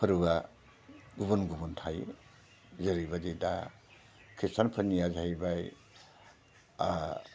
फोरबोआ गुबुन गुबुन थायो जेरैबायदि दा ख्रिस्तानफोरनिया जाहैबाय